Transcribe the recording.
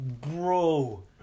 Bro